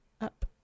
up